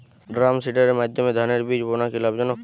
ড্রামসিডারের মাধ্যমে ধানের বীজ বোনা কি লাভজনক?